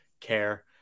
care